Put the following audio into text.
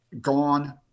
gone